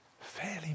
fairly